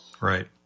Right